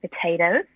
potatoes